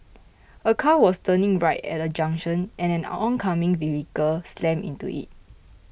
a car was turning right at a junction and an oncoming vehicle slammed into it